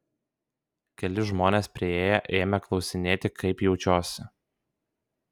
keli žmonės priėję ėmė klausinėti kaip jaučiuosi